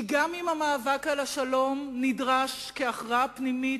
כי גם אם המאבק על השלום נדרש כהכרעה פנימית